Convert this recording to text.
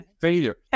failure